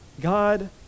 God